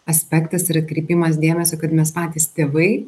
aspektas yra kreipimas dėmesį kad mes patys tėvai